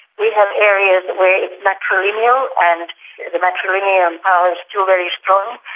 we have areas where it's matrilineal and the matrilineal power is still very strong.